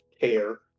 care